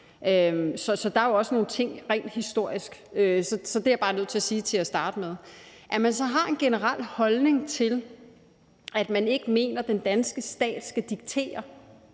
Så der er jo også nogle ting rent historisk. Det er jeg bare nødt til at sige til at starte med. Vi har så en generel holdning om, at den danske stat ikke skal diktere,